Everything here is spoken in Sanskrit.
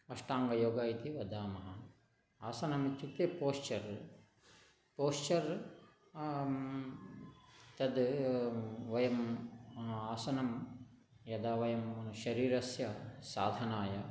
अष्टाङ्गयोग इति वदामः आसनम् इत्युक्ते पोश्चर् पोश्चर् तत् वयम् आसनं यदा वयं शरीरस्य साधनाय